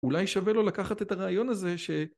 אולי שווה לו לקחת את הרעיון הזה ש..